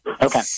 Okay